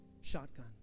shotgun